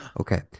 Okay